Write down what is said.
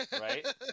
Right